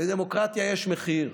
לדמוקרטיה יש מחיר,